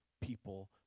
people